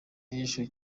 ejo